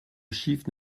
chiffre